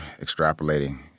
extrapolating